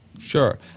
Sure